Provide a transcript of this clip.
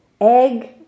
egg